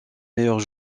meilleurs